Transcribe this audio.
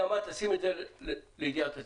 תשים את זה לידיעת הציבור.